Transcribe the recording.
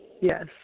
Yes